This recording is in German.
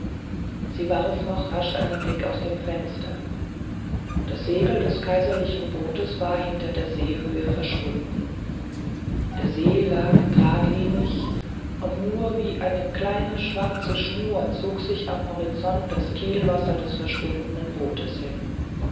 sie warf noch rasch einen blick aus dem fenster das segel des kaiserlichen bootes war hinter der seehöhe verschwunden der see lag gradlinig und nur wie eine kleine schwarze schnur zog sich am horizont das kielwasser des verschwundenen bootes hin